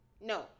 No